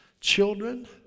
children